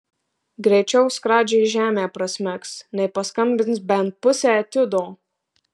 greičiau skradžiai žemę prasmegs nei paskambins bent pusę etiudo